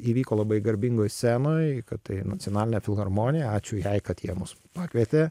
įvyko labai garbingoj scenoj kad tai nacionalinė filharmonija ačiū jai kad jie mus pakvietė